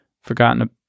forgotten